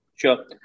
sure